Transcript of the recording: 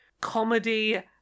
comedy